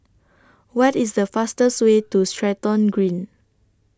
What IS The fastest Way to Stratton Green